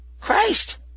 Christ